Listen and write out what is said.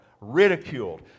ridiculed